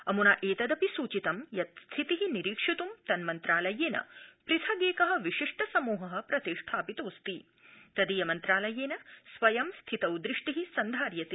अमुना एतदपि सूचितं यत् स्थिति निरीक्षितुं तन्मन्त्रालयेन पृथगेक विशिष्ट समूह प्रतिष्ठापितोऽस्ति तदीय मन्त्रालयेन स्वयं स्थितौ दृष्टि सन्धार्यते